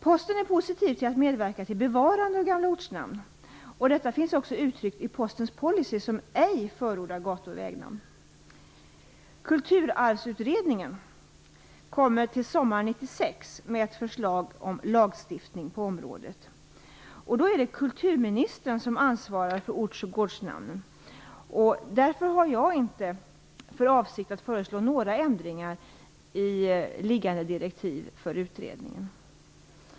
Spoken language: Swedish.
Posten är positiv till att medverka till bevarande av gamla ortnamn, och detta finns också uttryckt i Postens policy, som ej förordar gatu och vägnamn. Kulturarvsutredningen kommer till sommaren 1996 med ett förslag om lagstiftning på området. Eftersom det är kulturministern som ansvarar för ortoch gårdsnamn har jag inte för avsikt att föreslå några ändringar i liggande direktiv för utredningen.